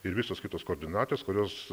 ir visos kitos koordinatės kurios